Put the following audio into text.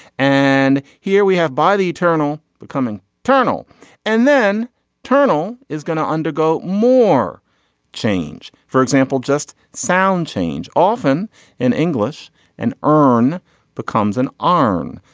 and here we have by the eternal becoming tunnel and then tunnel is going to undergo more change. for example just sound change often in english an urn becomes an arm.